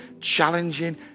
challenging